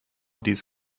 dies